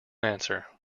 answer